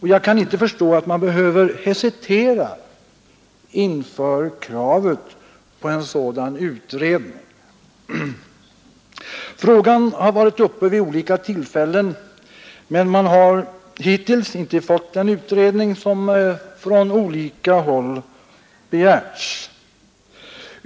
Jag kan inte förstå att man behöver hesitera inför kravet på en utredning. Frågan har varit uppe vid olika tillfällen, men hittills har man inte fått den utredning som från olika håll begärts.